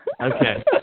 Okay